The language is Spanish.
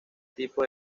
tipo